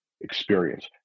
experience